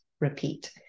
repeat